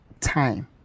time